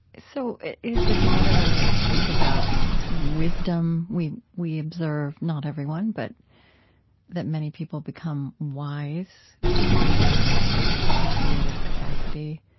so is this another way to think about wisdom? we we observe, not everyone, but that many people become wise, which you say is another creative capacity.